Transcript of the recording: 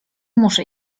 muszę